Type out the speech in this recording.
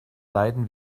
leiden